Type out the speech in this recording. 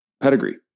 pedigree